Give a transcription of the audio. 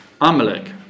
Amalek